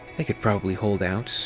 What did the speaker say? they could probably hold out,